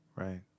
Right